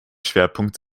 schwerpunkt